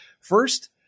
first